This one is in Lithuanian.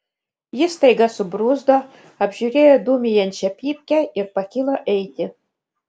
jis staiga subruzdo apžiūrėjo dūmijančią pypkę ir pakilo eiti